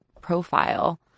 profile